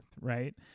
right